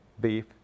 beef